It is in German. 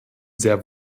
sehr